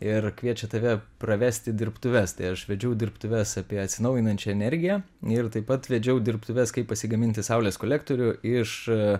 ir kviečia tave pravesti dirbtuves tai aš vedžiau dirbtuves apie atsinaujinančią energiją ir taip pat vedžiau dirbtuves kaip pasigaminti saulės kolektorių iš